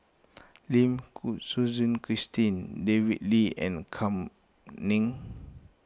Lim Suchen Christine David Lee and Kam Ning